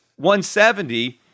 170